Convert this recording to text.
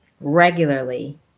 regularly